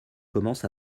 commence